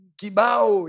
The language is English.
kibao